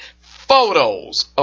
photos